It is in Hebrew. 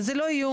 וזה לא איום,